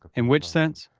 in which sense?